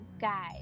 Guys